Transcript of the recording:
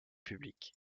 publique